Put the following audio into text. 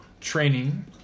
training